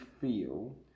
feel